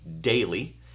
daily